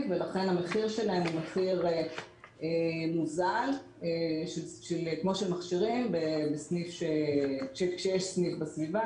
ולכן המחיר שלהם הוא מחיר מוזל כמו של מכשירים כשיש סניף בסביבה,